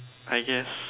I guess